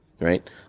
right